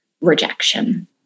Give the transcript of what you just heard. rejection